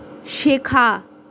শেখা